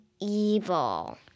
evil